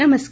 नमस्कार